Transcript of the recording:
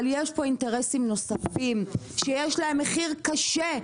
אבל יש פה אינטרסים נוספים שיש להם מחיר קשה.